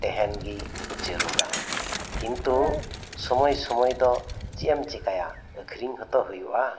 ᱛᱮᱦᱮᱱ ᱜᱮ ᱡᱟᱹᱨᱩᱲᱟ ᱠᱤᱱᱛᱩ ᱥᱩᱢᱟᱹᱭ ᱥᱩᱢᱟᱹᱭ ᱫᱚ ᱪᱮᱫ ᱮᱢ ᱪᱤᱠᱟᱭᱟ ᱟᱠᱷᱨᱤᱧ ᱦᱚᱸᱛᱚ ᱦᱩᱭᱩᱜᱼᱟ